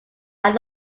are